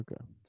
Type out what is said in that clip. okay